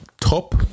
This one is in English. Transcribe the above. top